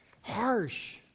harsh